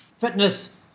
fitness